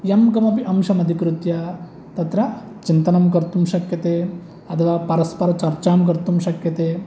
यम्कमपि अंशमदिकृत्य तत्र चिन्तनं कर्तुं शक्यते अथवा परस्परचर्चां कर्तु शक्यते